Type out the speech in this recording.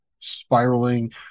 spiraling